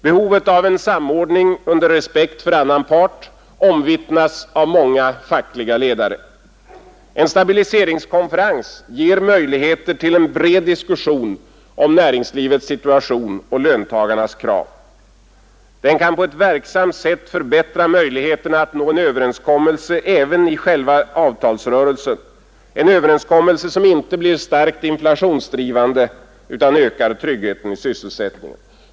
Behovet av en samordning — under respekt för annan part — omvittnas av många fackliga ledare. En stabiliseringskonferens ger möjligheter till en bred diskussion om näringslivets situation och löntagarnas krav. Den kan på ett verksamt sätt förbättra möjligheterna att nå en överenskommelse även i själva avtalsrörelsen, en överenskommelse som inte blir starkt inflationsdrivande utan ökar tryggheten i sysselsättningen.